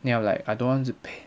then I was like I don't want to pay